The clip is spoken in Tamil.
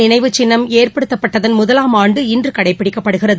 நினைவுச் சின்னம் ஏற்படுத்தப்பட்டதன் தேசிய போர் இன்று கடைபிடிக்கப்படுகிறது